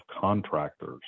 contractors